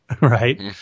Right